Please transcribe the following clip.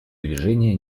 движения